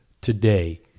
today